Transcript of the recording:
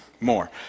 more